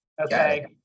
Okay